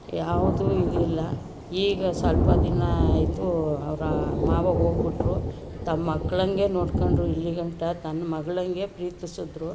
ಯಾವುದೂ ಇದಿಲ್ಲ ಈಗ ಸ್ವಲ್ಪ ದಿನ ಆಯಿತು ಅವರ ಮಾವ ಹೋಗ್ಬಿಟ್ಟರು ತಮ್ಮ ಮಕ್ಕಳಂಗೆ ನೋಡ್ಕೊಂಡ್ರು ಇಲ್ಲಿಗಂಟ ತನ್ನ ಮಗಳಂಗೆ ಪ್ರೀತಿಸಿದ್ರು